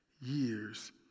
years